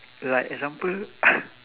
like example